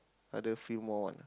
other feel more what